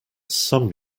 some